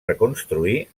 reconstruir